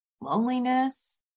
loneliness